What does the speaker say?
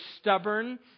stubborn